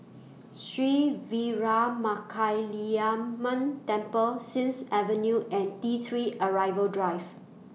Sri Veeramakaliamman Temple Sims Avenue and T three Arrival Drive